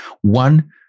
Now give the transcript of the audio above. one